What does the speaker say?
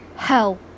Hell